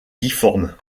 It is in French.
difforme